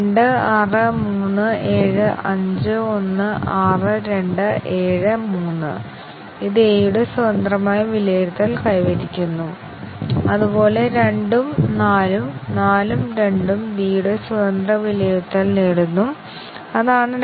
അതിനാൽ ഞങ്ങൾ ഉദ്ദേശിക്കുന്നത് ഏതൊരു ആറ്റോമിക് അവസ്ഥയ്ക്കും ഞങ്ങൾ മറ്റ് വ്യവസ്ഥകൾ സ്ഥിരമായി നിലനിർത്തുകയും ആറ്റോമിക് അവസ്ഥയെ ശരിയും തെറ്റും ആക്കുകയും ബ്രാഞ്ച് ഫലം ശരിയും തെറ്റും ആയി മാറുകയും വേണം എന്നതാണ്